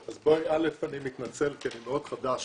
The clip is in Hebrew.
ראשית, אני מתנצל כי אני מאוד חדש